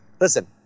listen